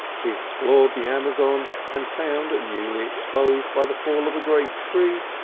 he explored the amazon, and found, newly exposed by the fall of a great tree,